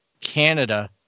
Canada